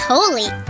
Holy